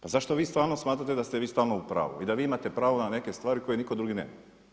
Pa zašto vi stalno smatrate da ste vi stalno u pravu i da vi imate pravo na neke stvari koje nitko drugi nema?